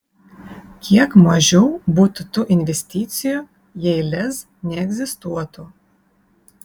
kiek mažiau būtų tų investicijų jei lez neegzistuotų